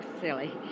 silly